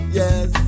yes